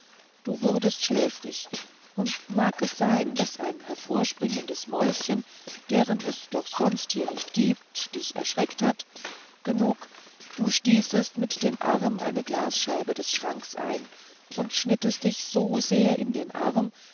du wurdest schläfrig und mag es sein daß ein hervorspringendes mäuschen deren es doch sonst hier nicht gibt dich erschreckt hat genug du stießest mit dem arm eine glasscheibe des schranks ein und schnittest dich so sehr in den arm